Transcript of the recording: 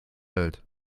hält